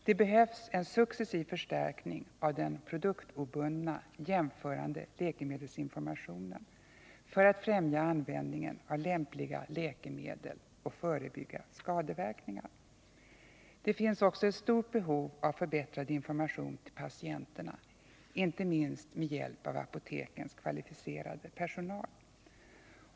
Det behövs en successiv förstärkning av den produktobundna, jämförande läkemedelsinformationen för att främja användningen av lämpliga läkemedel och förebygga skadeverkningar. Det finns också ett stort behov av förbättrad information till patienterna, inte minst med hjälp av apotekens kvalificerade personal.